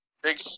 Big